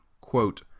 Quote